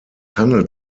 handelt